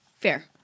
Fair